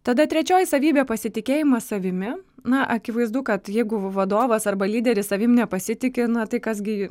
tada trečioji savybė pasitikėjimas savimi na akivaizdu kad jeigu vadovas arba lyderis savim nepasitiki na tai kas gi jį